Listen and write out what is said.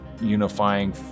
unifying